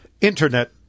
Internet